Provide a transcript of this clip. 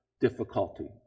difficulty